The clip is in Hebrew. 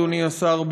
אדוני השר,